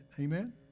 Amen